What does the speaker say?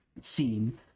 scene